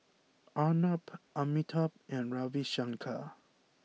Arnab Amitabh and Ravi Shankar